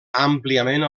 àmpliament